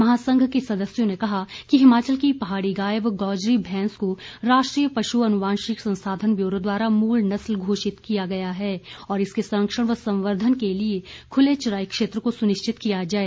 महासंघ के सदस्यों ने कहा कि हिमाचल की पहाड़ी गाय व गौजरी मैंस को राष्ट्रीय पशु अनुवांशिक संसाधन ब्यूरो द्वारा मूल नस्ल घोषित किया गया है और इसके संरक्षण व संवर्धन के लिए खुले चराई क्षेत्र को सुनिश्चित किया जाए